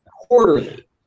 quarterly